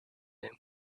him